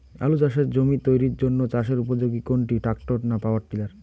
আলু চাষের জমি তৈরির জন্য চাষের উপযোগী কোনটি ট্রাক্টর না পাওয়ার টিলার?